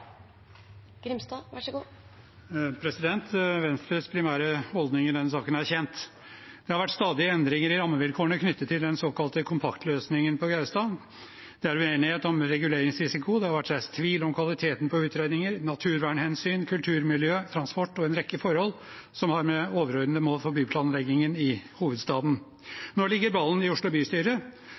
kjent. Det har vært stadige endringer i rammevilkårene knyttet til den såkalte kompaktløsningen på Gaustad. Det er uenighet om reguleringsrisiko. Det har vært reist tvil om kvaliteten på utredningen, naturvernhensyn, kulturmiljø, transport og en rekke forhold som har å gjøre med overordnede mål for byplanleggingen i hovedstaden. Nå ligger ballen hos Oslo bystyre.